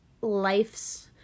life's